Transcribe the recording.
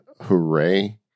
hooray